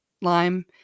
lime